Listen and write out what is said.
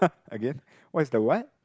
again what is the what